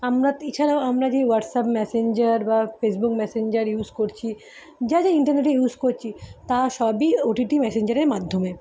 আমরা এছাড়াও আমরা যেই হোয়াটসঅ্যাপ ম্যাসেঞ্জার বা ফেসবুক ম্যাসেঞ্জার ইউস করছি যা যা ইন্টারনেটে ইউস করছি তা সবই ওটিটি ম্যাসেঞ্জারের মাধ্যমে